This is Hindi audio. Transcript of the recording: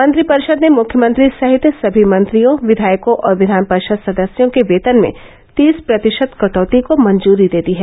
मंत्रिपरिषद ने मुख्यमंत्री सहित सभी मंत्रियों विधायकों और विधान परिषद सदस्यों के वेतन में तीस प्रतिशत कटौती को मंजूरी दे दी है